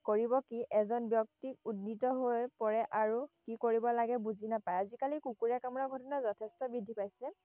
কৰিব কি এজন ব্যক্তিক উদ্বিগ্ন হৈ পৰে আৰু কি কৰিব লাগে বুজি নাপায় আজিকালি কুকুুৰে কামোৰাৰ ঘটনা যথেষ্ট বৃদ্ধি পাইছে